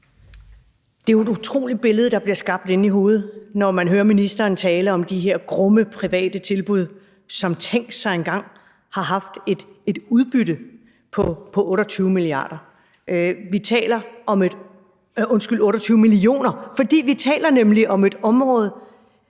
Det er et utroligt billede, der bliver skabt inde i hovedet, når man hører ministeren tale om de her grumme private tilbud, som – tænk engang – har haft et udbytte på 28 mio. kr. Vi taler om et område med de private pladser,